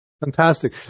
Fantastic